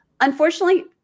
unfortunately